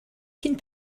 cyn